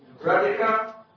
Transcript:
Radhika